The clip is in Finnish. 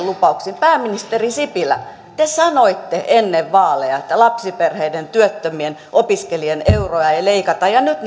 lupauksiin niin pääministeri sipilä te sanoitte ennen vaaleja että lapsiperheiden työttömien opiskelijoiden euroja ei leikata ja nyt